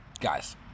Guys